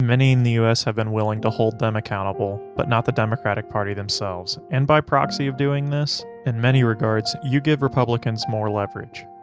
in the us have been willing to hold them accountable, but not the democratic party themselves, and by proxy of doing this, in many regards you give republicans more leverage.